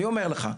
אני אומר לך,